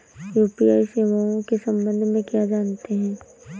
UPI सेवाओं के संबंध में क्या जानते हैं?